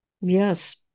Yes